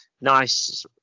nice